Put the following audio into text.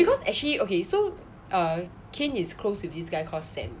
because actually okay so err kain is close with this guy called sam